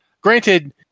Granted